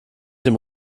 dem